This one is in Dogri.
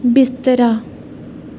बिस्तरा